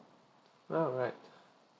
alright